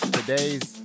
Today's